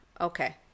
Okay